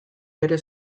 bere